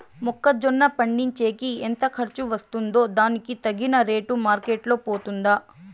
మొక్క జొన్న పండించేకి ఎంత ఖర్చు వస్తుందో దానికి తగిన రేటు మార్కెట్ లో పోతుందా?